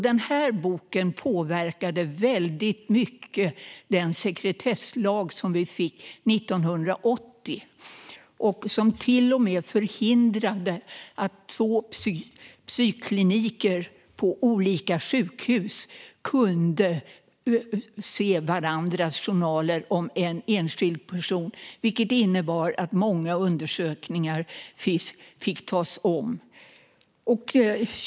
Den boken påverkade väldigt mycket den sekretesslag som vi fick 1980 och som till och med förhindrade att två psykkliniker på olika sjukhus kunde se varandras journaler om en enskild person, vilket innebar att många undersökningar fick tas om.